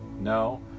No